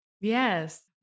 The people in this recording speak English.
Yes